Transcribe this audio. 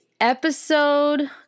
episode